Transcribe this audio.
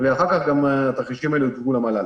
ואחר כך התרחישים האלה גם הוצגו למל"ל.